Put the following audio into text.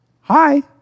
hi